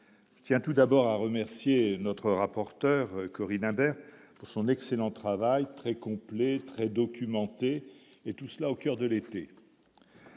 tiens tout d'abord à remercier notre rapporteur Corinne Imbert pour son excellent travail très complet et documenté et tout cela au coeur de l'été,